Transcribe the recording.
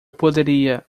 poderia